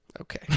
Okay